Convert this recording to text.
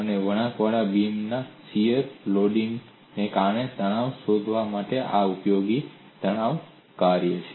અને વળાંકવાળા બીમના શીયર લોડિંગ ને કારણે તણાવ શોધવા માટે આ એક ઉપયોગી તણાવ કાર્ય છે